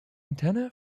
antenna